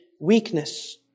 weakness